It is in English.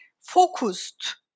focused